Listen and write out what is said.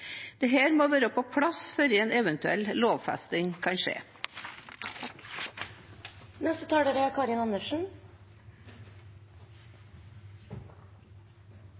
må være på plass før en eventuell lovfesting kan